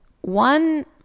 One